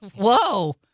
Whoa